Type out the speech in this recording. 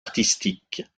artistique